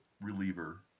reliever